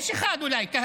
אולי יש אחד כהניסט.